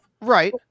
right